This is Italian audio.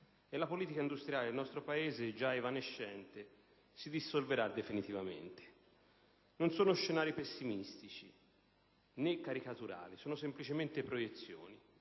e la politica industriale del nostro Paese, già evanescente, si dissolverà definitivamente. Non sono scenari pessimistici o caricaturali. Sono semplicemente proiezioni,